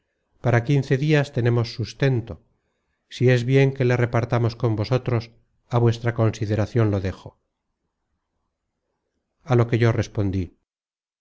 para quince dias tenemos sustento si es bien que le repartamos con vosotros á vuestra consideracion lo dejo a lo que yo le respondí